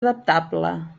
adaptable